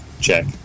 check